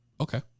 Okay